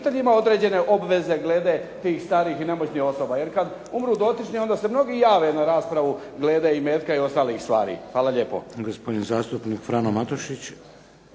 obitelj ima određene obveze glede tih starijih i nemoćnih osoba. Jer kada umru dotični onda se mnogi jave na raspravu glede imetka i ostalih stvari. Hvala lijepo.